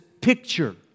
picture